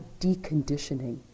deconditioning